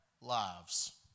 lives